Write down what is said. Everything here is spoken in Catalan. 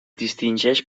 distingeix